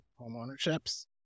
homeownerships